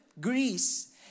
Greece